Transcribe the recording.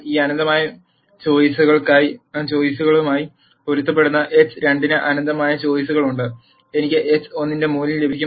ഈ അനന്തമായ ചോയിസുകളുമായി പൊരുത്തപ്പെടുന്ന x2 നായി അനന്തമായ ചോയ് സുകൾ ഉണ്ട് എനിക്ക് x1 ന്റെ മൂല്യം ലഭിക്കും